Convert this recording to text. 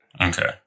Okay